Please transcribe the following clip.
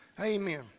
Amen